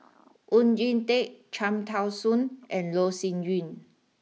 Oon Jin Teik Cham Tao Soon and Loh Sin Yun